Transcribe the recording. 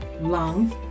lungs